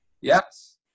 Yes